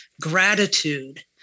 gratitude